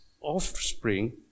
offspring